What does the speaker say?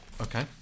Okay